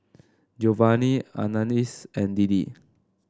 Giovanni Anais and Deedee